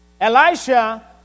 Elisha